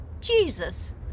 Jesus